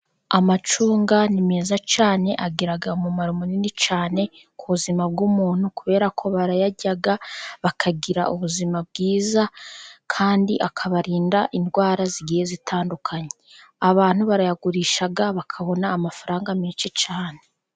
Amacunga ni meza cyane agira umumaro munini cyane ku buzima bw'umuntu kubera ko barayajya bakagira ubuzima bwiza kandi akabarinda indwara zigiye zitandukanye, abantu barayagurisha bakabona amafaranga menshi cyane.